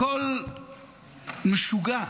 הכול משוגע: